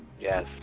yes